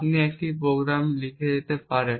আপনি একটি প্রোগ্রাম লিখে থাকতে পারেন